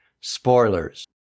spoilers